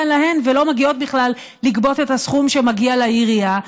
להן ולא מגיעות בכלל לגבות את הסכום שמגיע לעירייה,